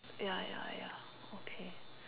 ya ya ya okay